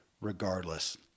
regardless